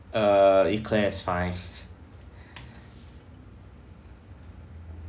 uh eclair is fine